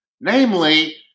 Namely